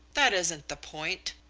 that isn't the point.